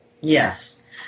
Yes